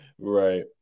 Right